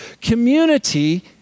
Community